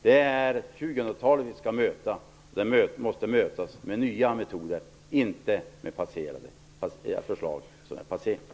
Det är 2000-talet vi skall möta, och det måste mötas med nya metoder, inte med era förslag som är passerade.